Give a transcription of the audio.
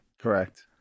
Correct